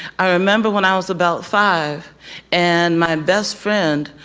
i remember when i was about five and my best friend,